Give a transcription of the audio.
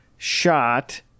shot